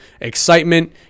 excitement